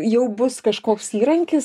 jau bus kažkoks įrankis